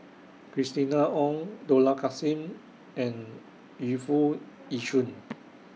Christina Ong Dollah Kassim and Yu Foo Yee Shoon